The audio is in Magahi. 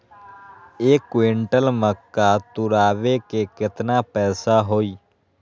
एक क्विंटल मक्का तुरावे के केतना पैसा होई?